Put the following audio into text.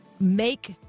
make